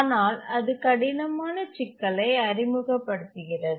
ஆனால் அது கடினமான சிக்கலை அறிமுகப்படுத்துகிறது